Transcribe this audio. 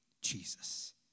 Jesus